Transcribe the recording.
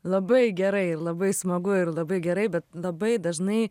labai gerai labai smagu ir labai gerai bet labai dažnai